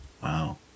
Wow